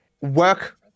work